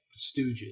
Stooges